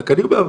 רק אני אומר,